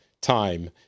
time